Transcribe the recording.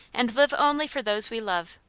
and live only for those we love.